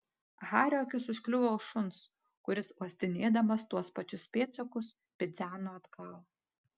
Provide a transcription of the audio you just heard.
hario akis užkliuvo už šuns kuris uostinėdamas tuos pačius pėdsakus bidzeno atgal